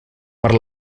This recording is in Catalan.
per